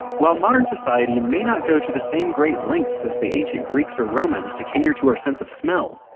while modern society may not go to the same great lengths as the ancient greeks or romans to cater to our sense of smell,